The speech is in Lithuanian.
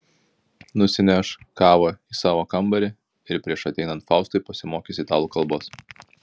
nusineš kavą į savo kambarį ir prieš ateinant faustui pasimokys italų kalbos